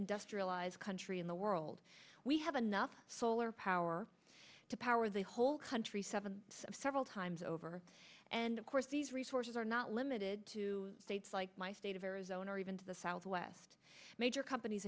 industrialized country in the world we have enough solar power to power the whole country seven several times over and of course these resources are not limited to states like my state of arizona or even to the southwest major companies